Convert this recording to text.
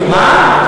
מה?